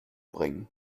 bringen